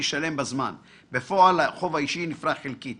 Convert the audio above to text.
יש פרוטוקול שיחה,